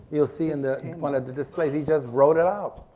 you'll see in the one of the displays he just wrote it out.